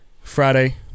Friday